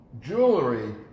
jewelry